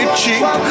cheap